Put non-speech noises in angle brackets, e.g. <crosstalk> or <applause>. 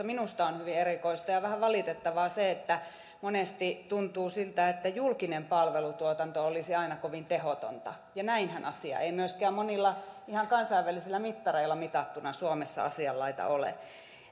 <unintelligible> minusta on hyvin erikoista ja vähän valitettavaa että monesti tuntuu siltä että julkinen palvelutuotanto olisi aina kovin tehotonta ja näinhän ei myöskään monilla ihan kansainvälisillä mittareilla mitattuna suomessa asianlaita ole